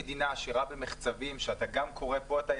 תנו לנו קווי אשראי, בערבות מדינה.